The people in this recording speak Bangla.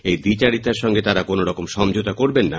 এই দ্বিচারিতার সঙ্গে তারা কোনরকম সমঝোতা করবেন না